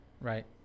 right